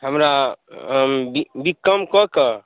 हमरा B Com कऽ कऽ